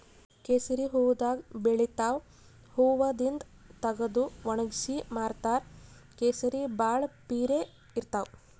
ಕೇಸರಿ ಹೂವಾದಾಗ್ ಬೆಳಿತಾವ್ ಹೂವಾದಿಂದ್ ತಗದು ವಣಗ್ಸಿ ಮಾರ್ತಾರ್ ಕೇಸರಿ ಭಾಳ್ ಪಿರೆ ಇರ್ತವ್